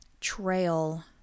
trail